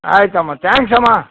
ಆಯಿತಮ್ಮ ತ್ಯಾಂಕ್ಸ್ ಅಮ್ಮ